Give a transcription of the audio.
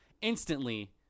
instantly